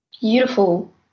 beautiful